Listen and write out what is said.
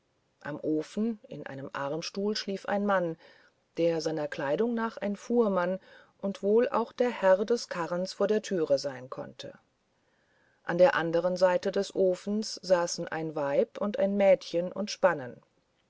am ofen in einem armstuhl schlief ein mann der seiner kleidung nach ein fuhrmann und wohl auch der herr des karren vor der türe sein konnte an der andern seite des ofens saßen ein weib und ein mädchen und spannen